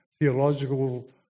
theological